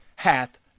hath